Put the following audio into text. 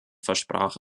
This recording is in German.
versprach